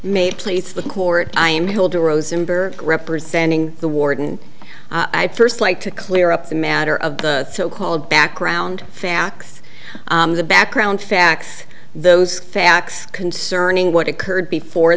may please the court i'm holding rosenberg representing the warden i first like to clear up the matter of the so called background facts the background facts those facts concerning what occurred before